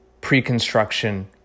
pre-construction